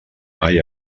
mai